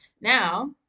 Now